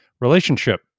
relationship